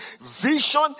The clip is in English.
Vision